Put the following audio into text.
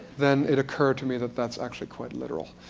then it occurred to me that that's actually quite literal.